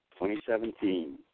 2017